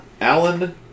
Alan